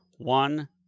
One